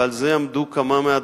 ועל זה עמדו כמה מהדוברים,